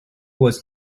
was